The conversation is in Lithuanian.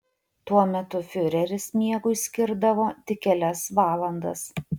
tuo metu fiureris miegui skirdavo tik kelias valandas